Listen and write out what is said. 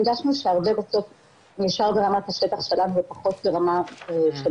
הרגשנו שהרבה בסוף נשאר ברמת השטח ופחות ברמה של